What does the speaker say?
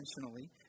intentionally